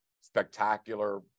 spectacular